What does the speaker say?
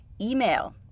email